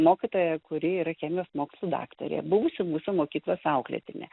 mokytoja kuri yra chemijos mokslų daktarė buvusi mūsų mokyklos auklėtinė